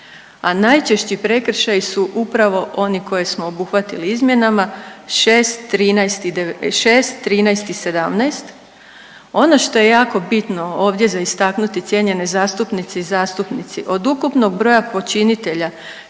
a najčešći prekršaji su upravo oni koje smo obuhvatili izmjenama 6, 13 i 17. Ono što je jako bitno ovdje za istaknuti, cijenjene zastupnice i zastupnici, od ukupnog broja počinitelja,